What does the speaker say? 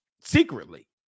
secretly